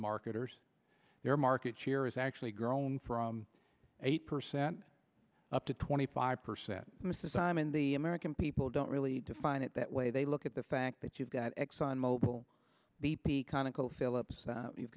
marketers their market share has actually grown from eight percent up to twenty five percent mrs simon the american people don't really define it that way they look at the fact that you've got exxon mobil b p conoco phillips you've